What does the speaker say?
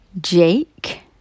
Jake